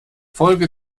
folge